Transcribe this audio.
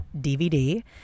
DVD